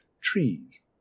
trees